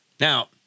Now